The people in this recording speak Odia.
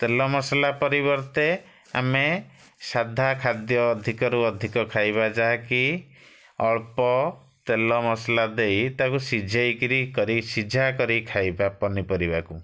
ତେଲ ମସଲା ପରିବର୍ତ୍ତେ ଆମେ ସାଧା ଖାଦ୍ୟ ଅଧିକରୁ ଅଧିକ ଖାଇବା ଯାହାକି ଅଳ୍ପ ତେଲ ମସଲା ଦେଇ ତାକୁ ସିଝେଇକିରି କରି ସିଝା କରି ଖାଇବା ପନିପରିବାକୁ